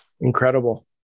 incredible